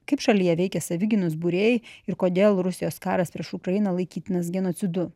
kaip šalyje veikia savigynos būriai ir kodėl rusijos karas prieš ukrainą laikytinas genocidu